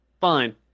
fine